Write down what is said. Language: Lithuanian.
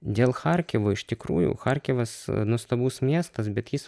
dėl charkivo iš tikrųjų charkivas nuostabus miestas bet jis